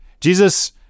Jesus